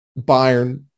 Bayern